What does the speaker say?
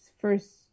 first